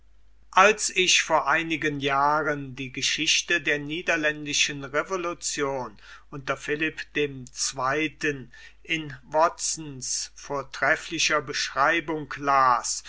als ich vor einigen jahren die geschichte der niederländischen revolution unter philipp ii in watsons vortrefflicher beschreibung las